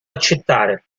accettare